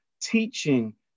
teaching